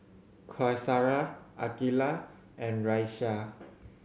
Qaisara Aqilah and Raisya